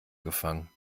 gefangen